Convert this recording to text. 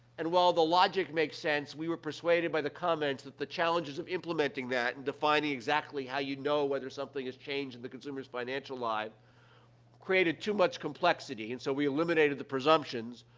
and while the logic makes sense, we were persuaded by the comments that the challenges of implementing that and defining exactly how you know whether something has changed in the consumer's financial life created too much complexity. and so, we eliminated the presumptions,